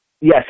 Yes